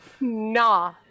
Nah